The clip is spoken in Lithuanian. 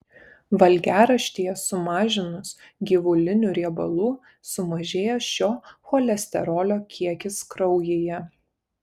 valgiaraštyje sumažinus gyvulinių riebalų sumažėja šio cholesterolio kiekis kraujyje